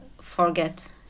forget